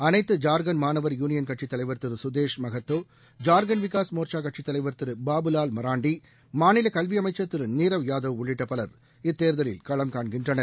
அனைத்து ஜார்கண்ட் மாணவர் யூளியன் கட்சித் தலைவர் திரு கதேஷ் மகத்தோ ஜார்கண்ட் விகாஸ் மோர்ச்சா கட்சித் தலைவர் திரு பாபுலால் மராண்டி மாநில கல்வி அமைச்சர் திரு நீரல் யாதவ் உள்ளிட்ட பலர் இத்தேர்தலில் களம் காண்கின்றனர்